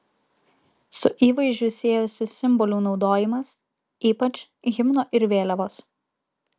su įvaizdžiu siejosi simbolių naudojimas ypač himno ir vėliavos